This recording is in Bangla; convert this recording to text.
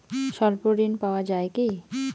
স্বল্প ঋণ পাওয়া য়ায় কি?